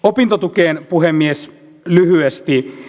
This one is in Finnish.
opintotukeen puhemies lyhyesti